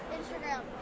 Instagram